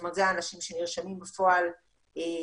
זאת אומרת אלה האנשים שנרשמים בפועל לקורסים.